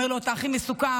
אומר לו: אתה הכי מסוכן,